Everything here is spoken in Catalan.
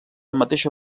mateixa